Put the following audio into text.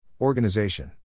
Organization